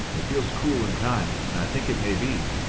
it feels cool and kind, and i think it may be.